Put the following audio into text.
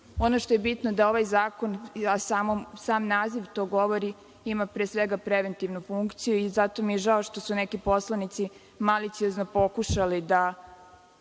što je bitno je da ovaj zakon, a sam naziv to govori, ima pre svega preventivnu funkciju i zato mi je žao što su neki poslanici maliciozno pokušali da